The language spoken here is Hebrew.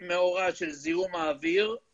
המהות של הקמת הוועדה הזאת היא קרן העושר.